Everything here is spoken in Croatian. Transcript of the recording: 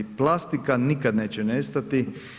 Plastika nikad neće nestati.